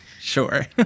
Sure